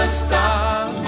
stop